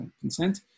consent